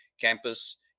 campus